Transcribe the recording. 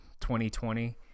2020